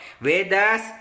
Vedas